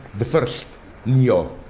the first neoliberal